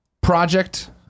Project